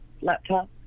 laptop